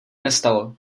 nestalo